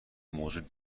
موجود